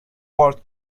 word